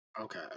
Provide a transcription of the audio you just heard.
Okay